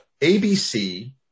ABC